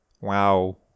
wow